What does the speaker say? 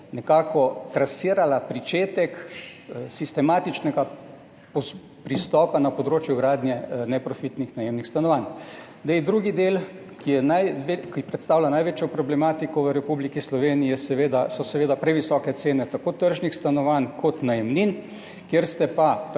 nekako trasirala pričetek sistematičnega pristopa na področju gradnje neprofitnih najemnih stanovanj. Drugi del, ki predstavlja največjo problematiko v Republiki Sloveniji, so seveda previsoke cene tako tržnih stanovanj kot najemnin, kjer ste pa